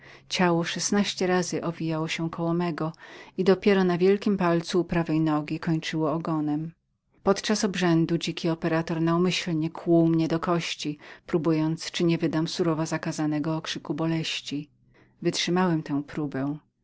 ciało szesnaście razy owijało się koło mojego i dopiero na wielkim palcu u prawej nogi kończyło ogonem podczas obrzędu dziki operator naumyślnie kłuł mnie do kości probując czyli nie wydam surowo zakazanego krzyku boleści śród